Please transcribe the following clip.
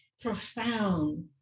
profound